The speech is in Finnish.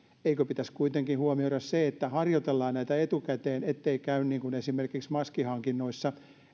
eikö pitäisi kuitenkin huomioida se että harjoitellaan näitä etukäteen ettei käy niin kuin esimerkiksi maskihankinnoissa